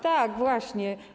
Tak, właśnie.